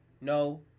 no